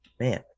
man